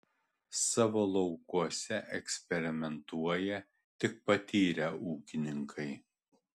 savo laukuose eksperimentuoja tik patyrę ūkininkai